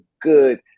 good